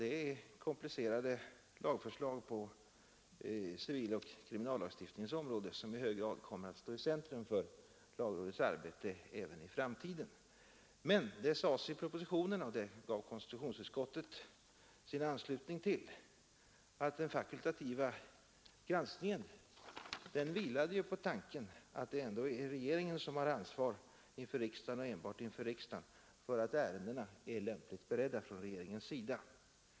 Det är komplicerade förslag på civiloch kriminallagstiftningens områden som i hög grad kommer att stå i centrum för lagrådets arbete även i framtiden. Men det sades i propositionen, och det gav konstitutionsutskottet sin anslutning till, att den fakultativa granskningen vilade på tanken att det ändå är regeringen som har ansvar inför riksdagen — och enbart inför riksdagen — för att ärendena är lämpligt beredda av regeringen.